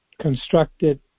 constructed